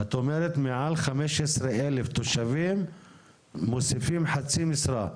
את אומרת מעל לחמש עשרה אלף תושבים מוסיפים חצי משרה?